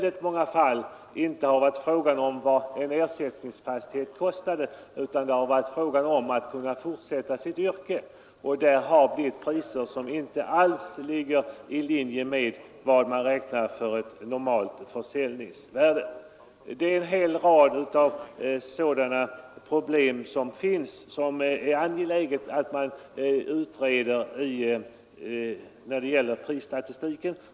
I många fall har det inte varit fråga om vad en ersättningsfastighet kostade utan om det varit möjligt att få tag på en ny jordbruksfastighet för att där kunna fortsätta sitt yrke. Där har vi priser som inte alls ligger i linje med vad man räknar som ett normalt försäljningsvärde. Det finns en hel rad sådana problem som det är angeläget att man utreder när det gäller prisstatistiken.